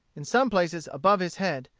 in some places above his head,